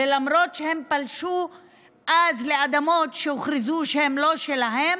ולמרות שהם פלשו אז לאדמות שהוכרזו שהן לא שלהם,